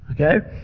Okay